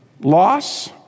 loss